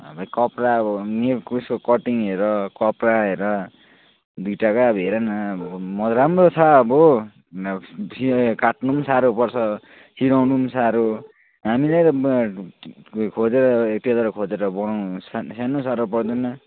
कपडा हो मेन कस्तो कटिङ हेर कपडा हेर दुइटाकै अब हेर न अब म राम्रो छ अब नभए फेरि काट्नु पनि साह्रो पर्छ सिलाउनुम् साह्रो हामीले त खोजेर टेलर खोजेर बनाउनु स्यान स्यानो साह्रो पर्दैन